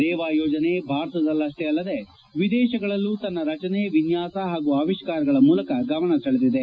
ರೇವಾ ಯೋಜನೆ ಭಾರತದಲ್ಲಹ್ಷೇ ಅಲ್ಲದೇ ವಿದೇಶಗಳಲ್ಲೂ ತನ್ನ ರಚನೆ ವಿನ್ಯಾಸ ಹಾಗೂ ಅವಿಷ್ಠಾರಗಳ ಮೂಲಕ ಗಮನ ಸೆಳೆದಿದೆ